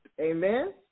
Amen